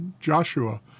Joshua